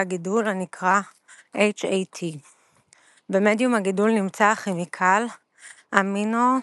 גידול הנקרא HAT. במדיום הגידול נמצא הכימיקל Aminopterin,